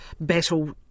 battle